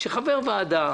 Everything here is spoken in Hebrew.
שחבר ועדה